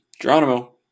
Geronimo